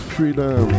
Freedom